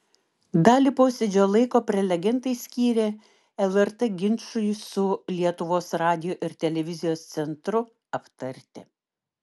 dalį posėdžio laiko prelegentai skyrė lrt ginčui su lietuvos radijo ir televizijos centru aptarti